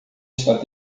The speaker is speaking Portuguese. está